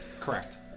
Correct